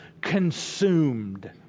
consumed